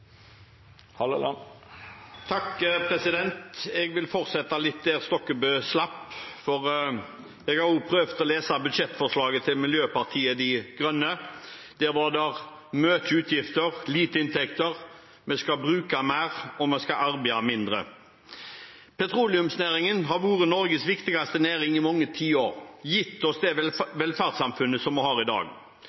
Jeg vil fortsette litt der Stokkebø slapp, for jeg har også prøvd å lese budsjettforslaget til Miljøpartiet De Grønne. Der var det mye utgifter, lite inntekter, vi skal bruke mer, og vi skal arbeide mindre. Petroleumsnæringen har vært Norges viktigste næring i mange tiår og gitt oss det velferdssamfunnet som vi har i dag.